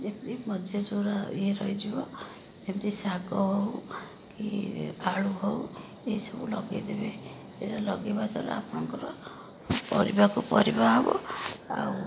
ଯେମିତି ମଝିରେ ଯୋଉରା ଇଏ ରହିଯିବ ଯେମିତି ଶାଗ ହେଉ କି ପାଳୁଅ ହେଉ ଏଇ ସବୁ ଲଗେଇ ଦେବେ ଏଇରା ଲଗେଇବା ଦ୍ୱାରା ଆପଣଙ୍କର ପରିବାକୁ ପରିବା ହେବ ଆଉ